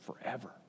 forever